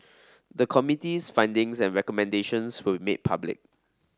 the Committee's findings and recommendations will made public